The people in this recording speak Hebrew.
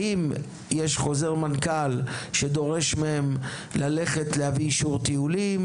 האם יש חוזר מנכ"ל שדורש מהם ללכת ולהביא אישור טיולים?